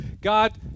God